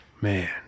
Man